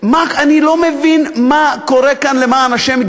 אני לא מבין מה קורה כאן, למען השם.